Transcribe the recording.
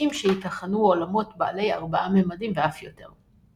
ומסכים שייתכנו עולמות בעלי ארבעה ממדים ואף יותר.